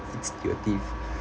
fits to your teeth